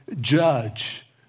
judge